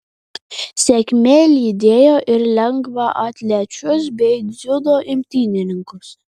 sėkmė lydėjo ir lengvaatlečius bei dziudo imtynininkus